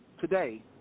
today